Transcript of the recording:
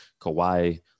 Kawhi